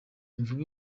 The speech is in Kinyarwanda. imvubu